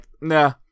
nah